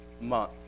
month